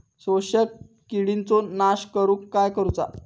शोषक किडींचो नाश करूक काय करुचा?